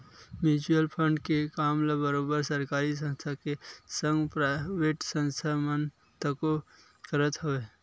mutual fund के काम ल बरोबर सरकारी संस्था के संग पराइवेट संस्था मन तको करत हवय